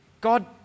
God